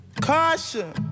Caution